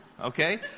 Okay